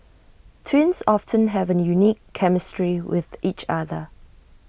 twins often have A unique chemistry with each other